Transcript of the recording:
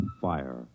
fire